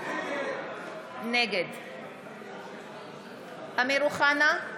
נגד אמיר אוחנה,